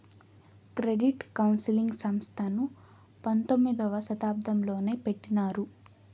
credit counselling సంస్థను పంతొమ్మిదవ శతాబ్దంలోనే పెట్టినారు